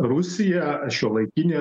rusija šiuolaikinė